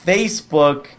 Facebook